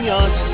on